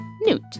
Newt